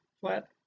flat